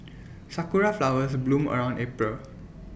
Sakura Flowers bloom around April